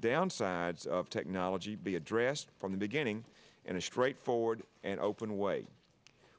downsides of technology be addressed from the beginning in a straightforward and open way